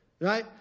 right